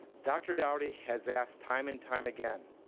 dr. dowdy has asked time and time again,